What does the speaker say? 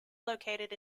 located